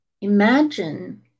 Imagine